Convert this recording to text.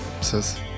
says